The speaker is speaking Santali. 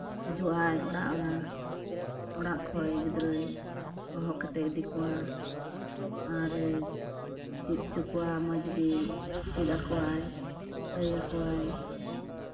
ᱦᱤᱡᱩᱜ ᱟᱭ ᱚᱲᱟᱜ ᱚᱲᱟᱜ ᱚᱲᱟᱜ ᱠᱷᱚᱡ ᱜᱤᱫᱽᱨᱟᱹᱭ ᱦᱚᱦᱚ ᱠᱟᱛᱮᱜ ᱮ ᱤᱫᱤ ᱠᱚᱣᱟ ᱟᱨᱮ ᱪᱮᱫ ᱦᱚᱪᱚ ᱠᱚᱣᱟ ᱢᱚᱡᱽ ᱜᱮ ᱪᱮᱫ ᱟᱠᱚᱣᱟᱭ ᱞᱟᱹᱭ ᱟᱠᱚᱣᱟᱭ